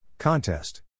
Contest